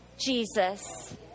Jesus